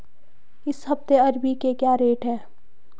इस हफ्ते अरबी के क्या रेट हैं?